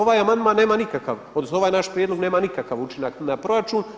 Ovaj amandman nema nikakav, odnosno ovaj naš prijedlog nema nikakav učinak na proračun.